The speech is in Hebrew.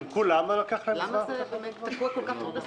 למה לקח להם כל-כך הרבה זמן?